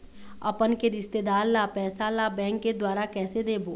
अपन के रिश्तेदार ला पैसा ला बैंक के द्वारा कैसे देबो?